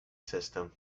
system